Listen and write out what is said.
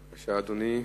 בבקשה, אדוני.